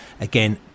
Again